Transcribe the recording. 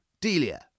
Delia